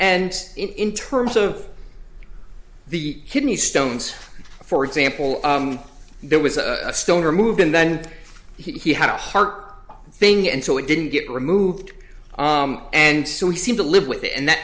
d in terms of the kidney stones for example there was a stone removed and then he had a heart thing and so it didn't get removed and so he seemed to live with it and that